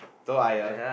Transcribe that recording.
Telok-Ayer